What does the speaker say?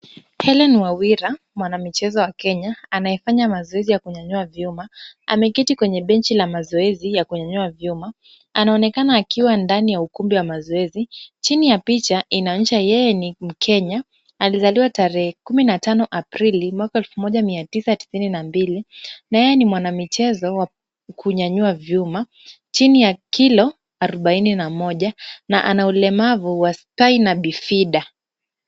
Hellen Wawira mwanamichezo wa Kenya anayefanya mazoezi ya kunyanyua vyuma ameketi kwenye benchi la mazoezi la kunyanyua vyuma. Anaonekana akiwa ndani ya ukumbi wa mazoezi. Chini ya picha inaonyesha yeye ni Mkenya, alizaliwa tarehe kumi na tano mwezi Aprili mwaka wa elfu moja mia tisa tisini na mbili na yeye ni mwanamichezo wa kunyanyua vyuma chini ya kilo arubaini na moja na ana ulemavu wa spina bifida .